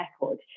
record